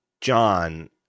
john